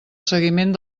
seguiment